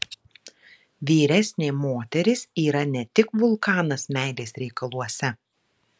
vyresnė moteris yra ne tik vulkanas meilės reikaluose